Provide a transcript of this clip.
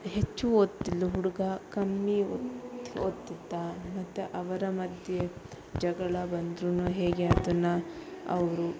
ಹೆಚ್ಚು ಓದ್ತಿದ್ಲು ಹುಡುಗ ಕಮ್ಮಿ ಓದ್ತಿದ್ದ ಮತ್ತು ಅವರ ಮಧ್ಯೆ ಜಗಳ ಬಂದ್ರು ಹೇಗೆ ಅದನ್ನು ಅವರು